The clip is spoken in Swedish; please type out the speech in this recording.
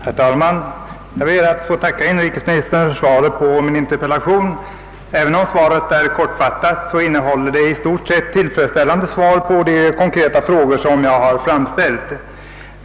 Herr talman! Jag ber att få tacka inrikesministern för svaret på min interpellation. Även om det var kortfattat gav det ändå i stort sett tillfredsställande svar på de konkreta frågor jag ställt.